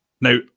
Now